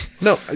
no